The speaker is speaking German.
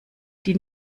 die